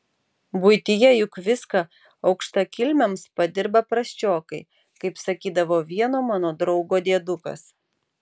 buityje juk viską aukštakilmiams padirba prasčiokai kaip sakydavo vieno mano draugo diedukas